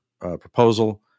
proposal